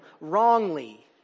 wrongly